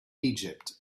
egypt